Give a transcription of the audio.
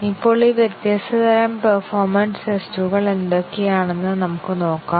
ഇപ്പോൾ ഈ വ്യത്യസ്ത തരം പേർഫോമെൻസ് ടെസ്റ്റ്കൾ എന്തൊക്കെയാണെന്ന് നമുക്ക് നോക്കാം